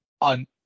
on